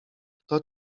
kto